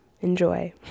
enjoy